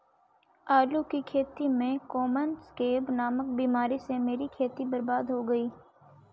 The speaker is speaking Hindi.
आलू की खेती में कॉमन स्कैब नामक बीमारी से मेरी खेती बर्बाद हो गई